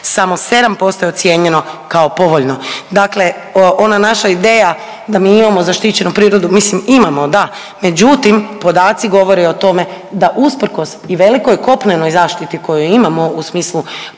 Samo 7% je ocijenjeno kao povoljno. Dakle, ona naša ideja da mi imamo zaštićenu prirodu, mislim imamo da, međutim podaci govore i o tome da usprkos i velikoj kopnenoj zaštiti koju imamo u smislu